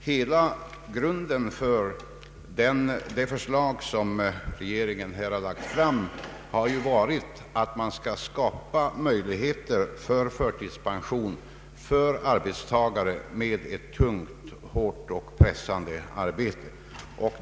Hela grunden för det förslag som regeringen har lagt fram är att skapa möjligheter till förtidspension för arbetstagare med ett tungt, hårt och pressande arbete.